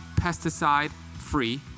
pesticide-free